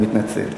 אני מתנצל.